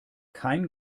kein